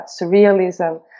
surrealism